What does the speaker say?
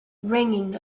ringing